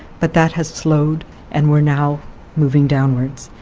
but that has slowed and we're now moving downwards.